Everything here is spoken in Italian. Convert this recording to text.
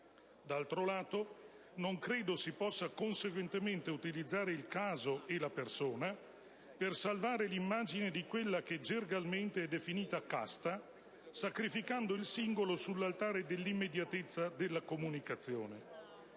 D'altro lato, non credo si possa conseguentemente utilizzare il caso e la persona per salvare l'immagine di quella che gergalmente è definita casta, sacrificando il singolo sull'altare dell'immediatezza della comunicazione.